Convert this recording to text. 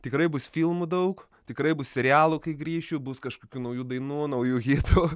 tikrai bus filmų daug tikrai bus serialų kai grįšiu bus kažkokių naujų dainų naujų hitų